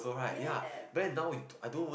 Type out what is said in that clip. yes